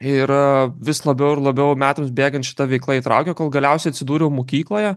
ir vis labiau ir labiau metams bėgant šita veikla įtraukė kol galiausiai atsidūriau mokykloje